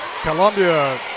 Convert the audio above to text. Columbia